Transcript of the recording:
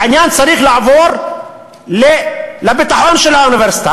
העניין צריך לעבור לביטחון של האוניברסיטה,